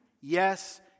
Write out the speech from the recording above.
Yes